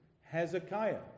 Hezekiah